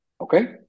Okay